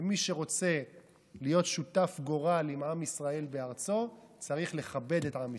ומי שרוצה להיות שותף גורל עם עם ישראל בארצו צריך לכבד את עם ישראל,